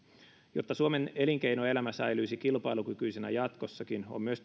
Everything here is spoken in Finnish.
jotta suomen elinkeinoelämä säilyisi kilpailukykyisenä jatkossakin on myös